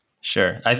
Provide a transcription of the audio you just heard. Sure